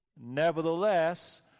Nevertheless